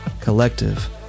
collective